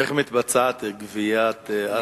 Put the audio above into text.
איך מתבצעת גבייה?